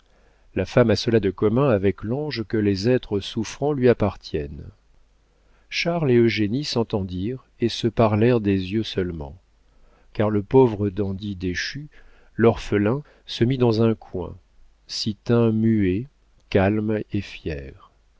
la femme a cela de commun avec l'ange que les êtres souffrants lui appartiennent charles et eugénie s'entendirent et se parlèrent des yeux seulement car le pauvre dandy déchu l'orphelin se mit dans un coin s'y tint muet calme et fier